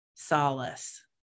solace